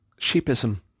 sheepism